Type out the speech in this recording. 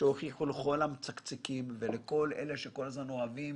שהוכיחו לכל המצקצקים ולכל אלה שכל הזמן אוהבים